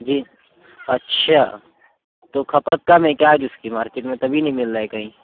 جی اچھا تو کھپت کم ہے کیا آج اُس کی مارکٹ میں تبھی نہیں مل رہا ہے کہیں